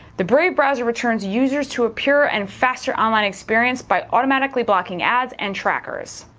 the brave browser returns users to a pure and faster online experience by automatically blocking ads and trackers.